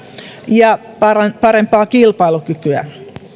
ja parempaa kilpailukykyä